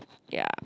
ya